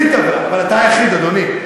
אבל אתה היחיד, אדוני.